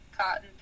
cotton